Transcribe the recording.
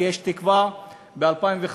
כי יש תקווה ב-2015.